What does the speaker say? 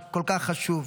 זה כל כך חשוב.